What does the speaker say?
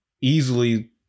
easily